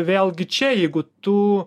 vėlgi čia jeigu tu